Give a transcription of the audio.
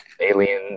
alien